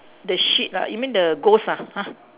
the sheet ah you mean the ghost ah !huh!